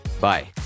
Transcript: Bye